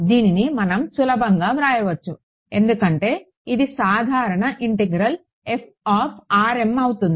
దీనిని మనం సులభంగా వ్రాయవచ్చు ఎందుకంటే ఇది సాధారణ ఇంటిగ్రేల్ f అవుతుంది